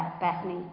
Bethany